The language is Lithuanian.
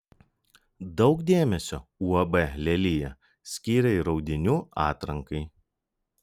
daug dėmesio uab lelija skiria ir audinių atrankai